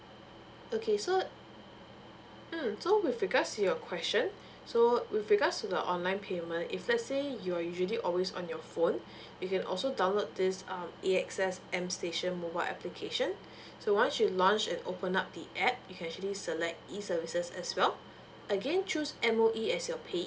okay so mm so with regards to your question so uh with regards to the online payment if let's say you are usually always on your phone you can also download this um A_X_S m station mobile application so once you launch and open up the app you can actually select e services as well again choose M_O_E as your payee